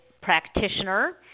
practitioner